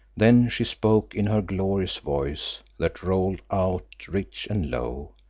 then she spoke, in her glorious voice that rolled out rich and low,